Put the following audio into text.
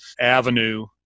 avenue